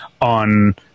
on